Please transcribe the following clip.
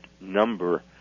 number